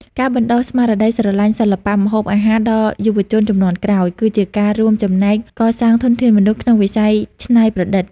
ការបណ្តុះស្មារតីស្រឡាញ់សិល្បៈម្ហូបអាហារដល់យុវជនជំនាន់ក្រោយ គឺជាការរួមចំណែកកសាងធនធានមនុស្សក្នុងវិស័យច្នៃប្រឌិត។